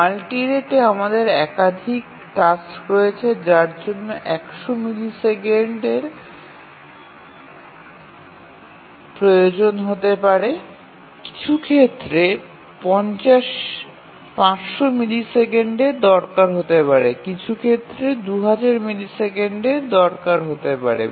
multi রেটে আমাদের একাধিক টাস্ক রয়েছে যার জন্য ১০০ মিলিসেকেন্ডের প্রয়োজন হতে পারে কিছু ক্ষেত্রে ৫০০ মিলিসেকেন্ডের দরকার হতে পারে কিছু ক্ষেত্রে ২000 মিলিসেকেন্ড দরকার হতে পারে